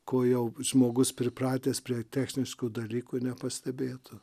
ko jau žmogus pripratęs prie techniškų dalykų ir nepastebėtų